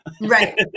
Right